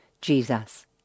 Jesus